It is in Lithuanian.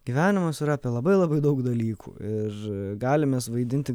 gyvenimas yra apie labai labai daug dalykų ir galim mes vaidinti